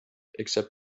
except